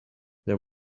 there